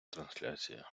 трансляція